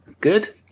Good